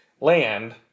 Land